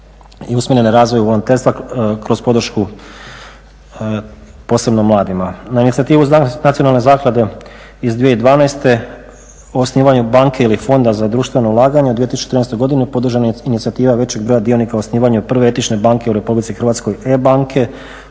i usmjerene razvoju volonterstva kroz podršku posebno mladima. Na inicijativu Nacionalne zaklade iz 2012. osnivaju banke ili fonda za društveno ulaganje u 2013. godini podržana je inicijativa većeg broja dionika osnivanju prve etične banke u Republici Hrvatskoj e-banke.